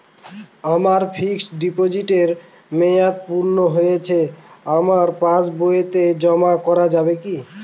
আমার ফিক্সট ডিপোজিটের মেয়াদ পূর্ণ হয়েছে আমার পাস বইতে জমা করা যাবে কি?